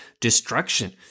destruction